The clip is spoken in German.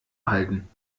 halten